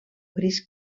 gris